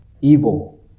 Evil